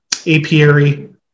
apiary